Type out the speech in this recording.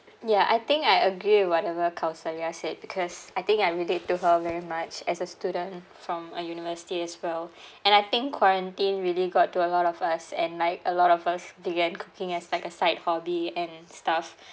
ya I think I agree with whatever kauselya said because I think I relate to her very much as a student from a university as well and I think quarantine really got to a lot of us and like a lot of us began cooking as like a side hobby and stuff